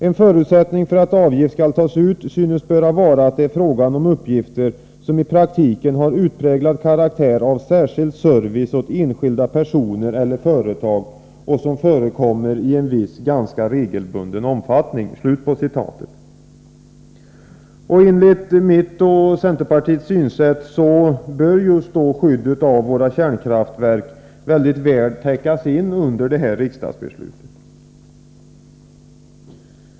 En förutsättning för att avgift skall tas ut synes böra vara att det är fråga om uppgifter som i praktiken har en utpräglad karaktär av särskild service åt enskilda personer eller företag och som förekommer i en viss, ganska regelbunden omfattning.” Enligt mitt och centerpartiets synsätt bör just skyddet av våra kärnkraftverk mycket väl täckas in under detta riksdagsbeslut.